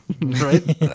Right